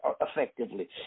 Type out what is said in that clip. effectively